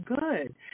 good